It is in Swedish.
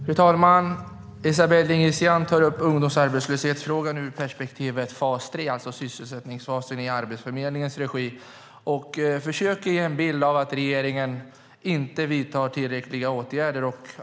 Fru talman! Esabelle Dingizian tar upp ungdomsarbetslöshetsfrågan ur perspektivet fas 3, alltså sysselsättningsfasen i Arbetsförmedlingens regi, och försöker ge en bild av att regeringen inte vidtar tillräckliga åtgärder.